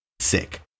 sick